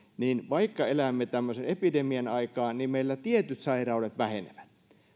niin vaikka elämme tämmöisen epidemian aikaan niin meillä tietyt sairaudet vähenevät